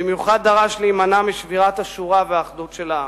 במיוחד דרש להימנע משבירת השורה והאחדות של העם.